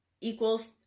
equals